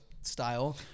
style